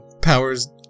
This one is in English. powers